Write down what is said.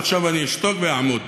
אבל עכשיו אני אשתוק ואעמוד.